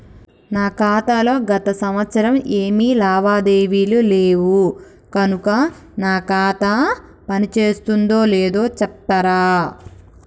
నా ఖాతా లో గత సంవత్సరం ఏమి లావాదేవీలు లేవు కనుక నా ఖాతా పని చేస్తుందో లేదో చెప్తరా?